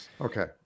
Okay